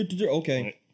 Okay